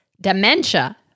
dementia